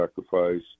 sacrifice